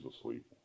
asleep